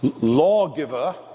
lawgiver